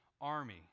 army